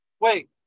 wait